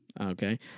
Okay